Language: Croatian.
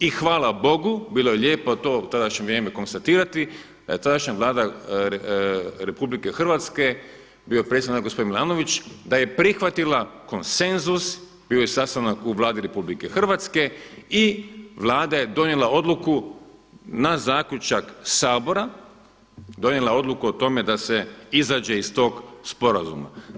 I hvala Bogu, bilo je lijepo to, u tadašnje vrijeme konstatirati, tadašnja Vlada RH, bio je predsjednik gospodin Milanović da je prihvatila konsenzus, bio je sastanak u Vladi RH i Vlada je donijela odluku na zaključak Sabora, donijela je odluku o tome da se izađe iz tog sporazuma.